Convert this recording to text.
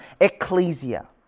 Ecclesia